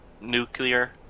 nuclear